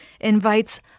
invites